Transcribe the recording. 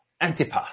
Antipas